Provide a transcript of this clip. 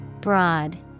Broad